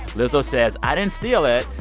lizzo says, i didn't steal it.